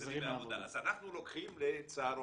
תחזרי מהעבודה, אז אנחנו לוקחים צהרון.